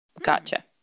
Gotcha